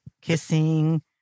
kissing